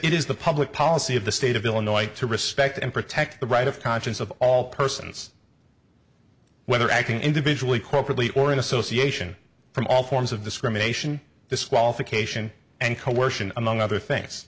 it is the public policy of the state of illinois to respect and protect the right of conscience of all persons whether acting individually corporately or in association from all forms of discrimination this wealthy cation and coercion among other things